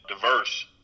diverse